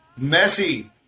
Messi